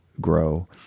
grow